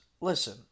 listen